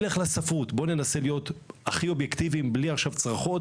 בוא ננסה להיות הכי אובייקטיביים בלי צרחות,